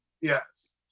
Yes